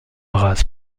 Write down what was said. races